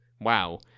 Wow